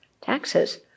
taxes